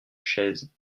chaise